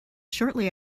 shortly